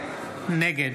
נגד